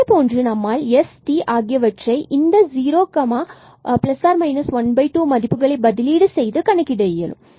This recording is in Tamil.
இதே போன்று நம்மால் s and t ஆகியவற்றை இந்த 0 and ± 12 மதிப்புகளை பதிலீடு செய்து கணக்கீடு செய்ய இயலும்